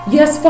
Yes